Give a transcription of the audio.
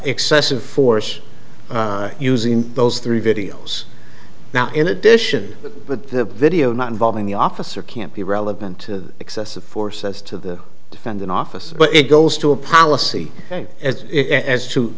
excessive force using those three videos now in addition to the video not involving the officer can't be relevant to excessive force as to the defendant officer but it goes to a policy as as to